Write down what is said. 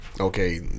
okay